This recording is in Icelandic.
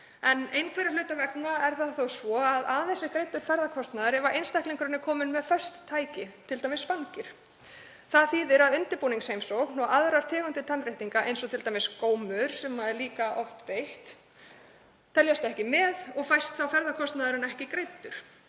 En einhverra hluta vegna er það þó svo að aðeins er greiddur ferðakostnaður ef viðkomandi er kominn með föst tæki, t.d. spangir. Það þýðir að undirbúningsheimsókn og aðrar tegundir tannréttinga, eins og t.d. gómur sem er líka oft beitt, teljast ekki með og fæst þá ferðakostnaðurinn ekki greiddur